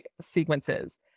sequences